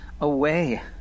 away